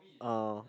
uh